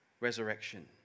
resurrection